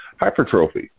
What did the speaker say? hypertrophy